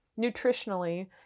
nutritionally